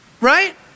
right